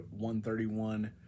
131